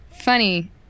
Funny